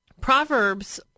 Proverbs